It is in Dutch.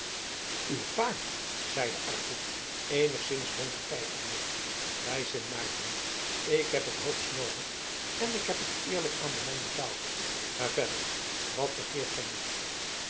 uw paard zeide arkel eenigszins donker kijkende bij sint maarten ik heb het hoogst noodig en ik heb het eerlijk aan den man betaald maar verder wat begeert gij nog